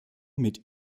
mit